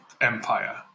Empire